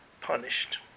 punished